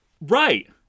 Right